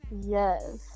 Yes